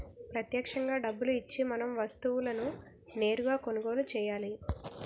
ప్రత్యక్షంగా డబ్బులు ఇచ్చి మనం వస్తువులను నేరుగా కొనుగోలు చేయాలి